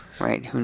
right